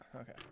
Okay